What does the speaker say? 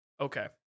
okay